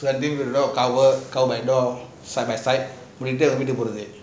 nothing we need cover cover my door side by side மூடிட்டு வீட்டுக்கு போறது:muditu veetuku porathu